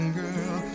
girl